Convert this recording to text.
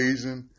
Asian